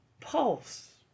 pulse